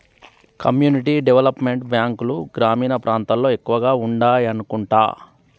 community development బ్యాంకులు గ్రామీణ ప్రాంతాల్లో ఎక్కువగా ఉండాయనుకుంటా